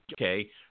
okay